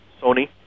Sony